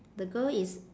the girl is